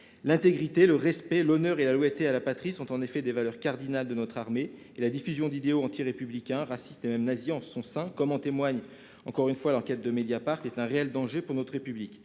L'intégrité, le respect, l'honneur et la loyauté à la patrie sont en effet des valeurs cardinales de notre armée. La diffusion d'idéologies antirépublicaines, racistes, voire nazies, en son sein, comme en témoigne l'enquête de, est un réel danger pour notre République.